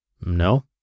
No